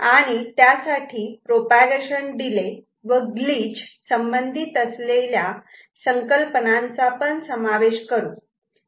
आणि त्यासाठी propagation delay व ग्लिच संबंधित असलेल्या संकल्पनांचा पण समावेश करू